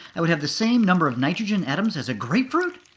i would have the same number of nitrogen atoms as a grapefruit?